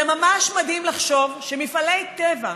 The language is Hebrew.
ממש מדהים לחשוב שמפעלי טבע,